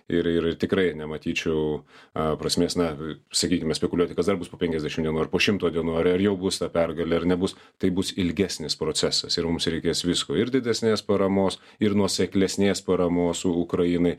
ir ir tikrai nematyčiau a prasmės na sakykime spekuliuoti kad dar bus po penkiasdešimt ar po šimto dienų ar ar jau bus ta pergalė ar nebus tai bus ilgesnis procesas ir mums reikės visko ir didesnės paramos ir nuoseklesnės paramos ukrainai